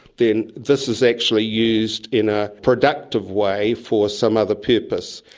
then this is actually used in a productive way for some other purpose.